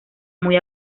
muy